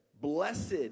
blessed